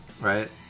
right